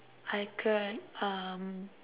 I could uh